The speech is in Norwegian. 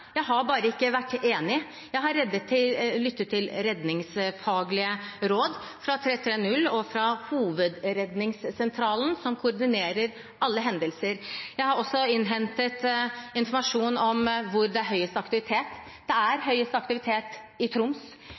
jeg absolutt gjort. Jeg har lyttet til alle, men jeg har bare ikke vært enig. Jeg har lyttet til redningsfaglige råd fra 330-skvadronen og Hovedredningssentralen, som koordinerer alle hendelser. Jeg har også innhentet informasjon om hvor det er høyest aktivitet. Det er høyest aktivitet i Troms.